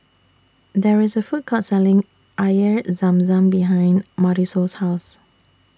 There IS A Food Court Selling Air Zam Zam behind Marisol's House